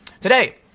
Today